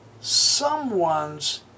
someone's